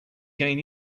gain